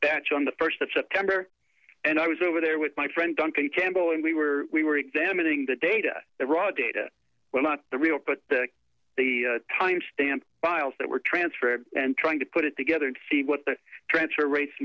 batch on the first of september and i was over there with my friend duncan campbell and we were we were examining the data the raw data well not the real but the timestamp files that were transferred and trying to put it together and see what the transfer rates